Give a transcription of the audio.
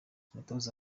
umutoza